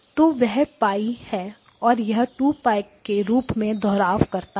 तो वह पाई π है और यह 2 π के रूप में दोहराव करता है